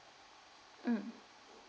mm